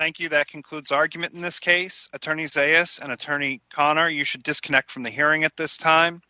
thank you that concludes argument in this case attorneys say yes and attorney connor you should disconnect from the hearing at this time